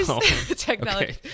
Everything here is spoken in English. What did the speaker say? Technology